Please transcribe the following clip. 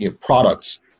products